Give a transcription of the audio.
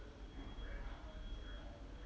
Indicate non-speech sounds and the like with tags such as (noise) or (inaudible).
(breath)